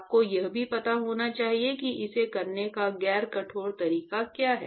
आपको यह भी पता होना चाहिए कि इसे करने का गैर कठोर तरीका क्या है